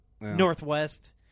Northwest